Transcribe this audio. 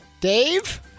Dave